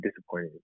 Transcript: disappointed